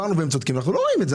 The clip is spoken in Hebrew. לא רואים את זה.